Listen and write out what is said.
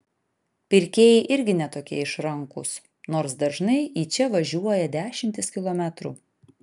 pirkėjai irgi ne tokie išrankūs nors dažnai į čia važiuoja dešimtis kilometrų